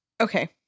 Okay